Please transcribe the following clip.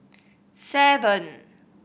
seven